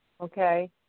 Okay